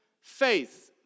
Faith